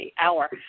hour